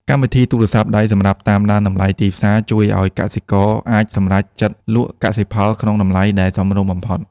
កម្មវិធីទូរស័ព្ទដៃសម្រាប់តាមដានតម្លៃទីផ្សារ ជួយឱ្យកសិករអាចសម្រេចចិត្តលក់កសិផលក្នុងតម្លៃដែលសមរម្យបំផុត។